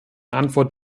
antwort